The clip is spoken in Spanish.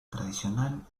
tradicional